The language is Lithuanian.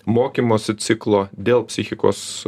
mokymosi ciklo dėl psichikos